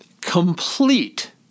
complete